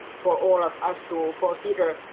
for all of us to consider.